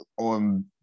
on